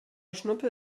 schnuppe